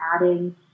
adding